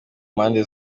mpande